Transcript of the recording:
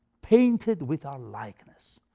painted with our likeness.